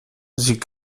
sie